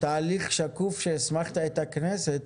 עשית תהליך שקוף שהסמכת את הכנסת